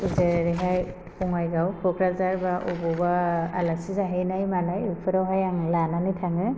नै ओरैहाय बङाइगाव क'क्राझार बा अबावबा आलासि जाहैनाय मानाय बेफ्रावहाय आं लानानै थाङो